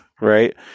right